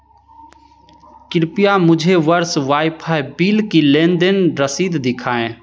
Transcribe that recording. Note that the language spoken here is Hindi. कृपया मुझे वर्ष वाईफ़ाई बिल की लेन देन रसीद दिखाएँ